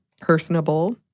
personable